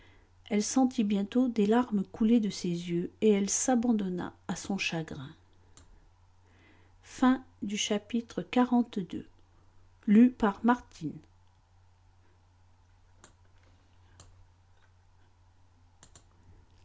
elle sentit bientôt des larmes couler de ses yeux et elle s'abandonna à son chagrin